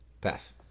Pass